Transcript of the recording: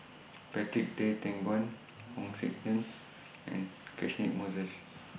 Patrick Tay Teck Guan Hong Sek Chern and Catchick Moses